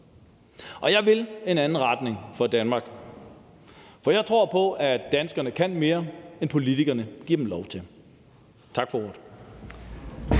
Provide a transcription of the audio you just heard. Og jeg vil en anden retning for Danmark. For jeg tror på, at danskerne kan mere, end politikerne giver dem lov til. Tak for ordet.